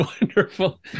Wonderful